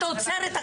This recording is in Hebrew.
את עוצרת.